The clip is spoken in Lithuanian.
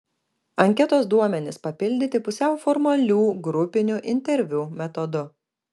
anketos duomenys papildyti pusiau formalių grupinių interviu metodu